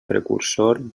precursor